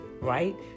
right